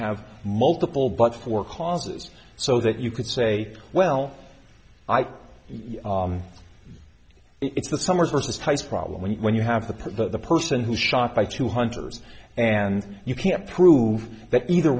have multiple but for causes so that you could say well i it's the summer versus types problem when you when you have to put the person who shot by two hunters and you can't prove that either